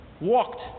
walked